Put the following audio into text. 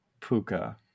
puka